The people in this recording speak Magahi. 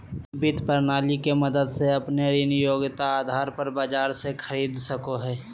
वित्त प्रणाली के मदद से अपने ऋण योग्यता आधार पर बाजार से खरीद सको हइ